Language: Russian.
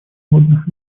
водных